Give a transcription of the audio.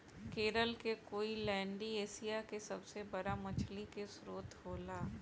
केरल के कोईलैण्डी एशिया के सबसे बड़ा मछली के स्त्रोत होला